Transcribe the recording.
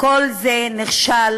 כל זה נכשל.